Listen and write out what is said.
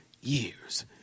years